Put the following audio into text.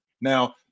Now